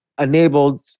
enabled